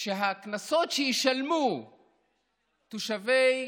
שהקנסות שישלמו תושבי